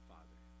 Father